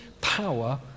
power